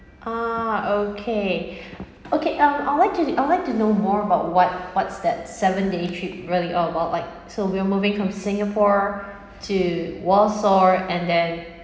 ah okay okay um I'd like to I'd like to know more about what what's that seven day trip really all about like so we're moving from singapore to warsaw and then